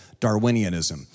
Darwinianism